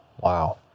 Wow